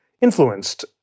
influenced